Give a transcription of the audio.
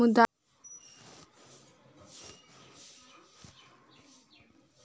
सामुदायिक बैंक अपन समुदायक लोक के धन जमा लैत छै आ बेगरता पड़लापर ऋण सेहो दैत छै